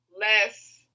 less